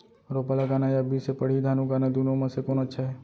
रोपा लगाना या बीज से पड़ही धान उगाना दुनो म से कोन अच्छा हे?